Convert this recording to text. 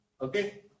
Okay